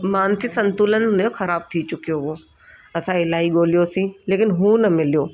मानसिक संतुलन उन जो ख़राबु थी चुकियो हुओ असां इलाही ॻोल्हियोसीं लेकिन हू न मिल्यो